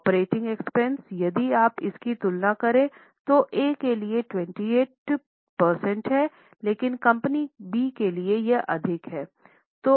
operating expense यदि आप इसकी तुलना करे तो ए के लिए 28 प्रतिशत है लेकिन कंपनी बी के लिए यह अधिक है